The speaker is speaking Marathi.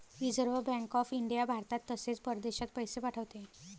रिझर्व्ह बँक ऑफ इंडिया भारतात तसेच परदेशात पैसे पाठवते